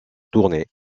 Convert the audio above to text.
tournée